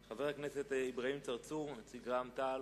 חבר הכנסת אברהים צרצור, נציג רע"ם-תע"ל.